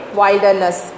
wilderness